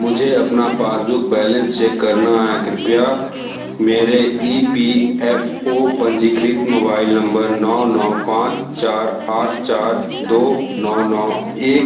मुझे अपना passbook balance check करना है कृपया मेरे ई पी एफ ओ पंजीकृत मोबाइल नंबर नौ नौ पाँच चार आठ चार दो नौ नौ एक